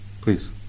Please